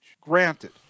Granted